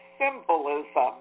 symbolism